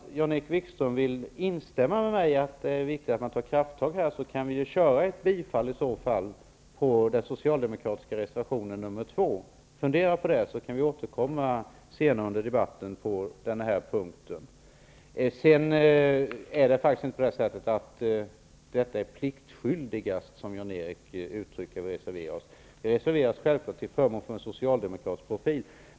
Om Jan-Erik Wikström vill instämma i det som jag sade om att det är viktigt att man tar krafttag i detta sammanhang, kan vi ju tillsammans bifalla den socialdemokratiska reservationen 2. Fundera över det, så kan vi senare under debatten återkomma till denna punkt. Det är faktiskt inte, som Jan-Erik Wikström sade, pliktskyldigt som vi reserverar oss, utan det är självfallet till förmån för en socialdemokratisk profil.